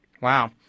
Wow